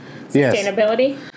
Sustainability